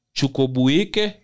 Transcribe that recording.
Chukobuike